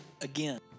Again